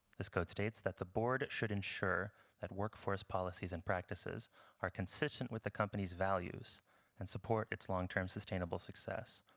this code states that the board should ensure that workforce policies and practices are consistent with the company's values and support its long-term sustainable success.